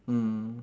mm